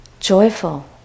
joyful